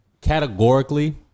categorically